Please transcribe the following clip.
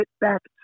back